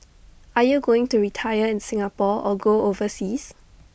are you going to retire in Singapore or go overseas